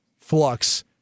flux